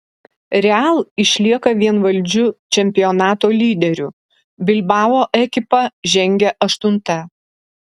real išlieka vienvaldžiu čempionato lyderiu bilbao ekipa žengia aštunta